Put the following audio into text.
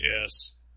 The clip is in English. Yes